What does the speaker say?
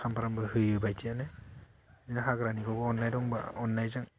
सामफ्रामबो होयो बायदियानो ना हाग्रानिखौ अन्नाय दंबा अन्नायजों